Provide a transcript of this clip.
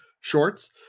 shorts